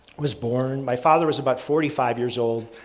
was born, my father was about forty five years old.